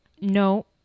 no